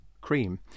Cream